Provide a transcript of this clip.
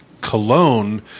cologne